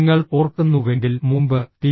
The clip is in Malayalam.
നിങ്ങൾ ഓർക്കുന്നുവെങ്കിൽ മുമ്പ് ടി